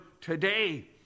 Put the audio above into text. today